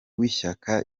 w’ishyaka